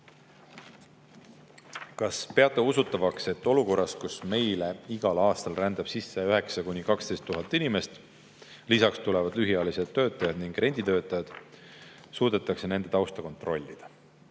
"Kas peate usutavaks, et olukorras, kus meile igal aastal rändab sisse 9-12 tuhat inimest, lisaks tulevad lühiajalised töötajad ning renditöötajad, suudetakse nende tausta kontrollida?